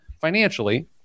financially